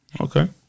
Okay